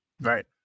right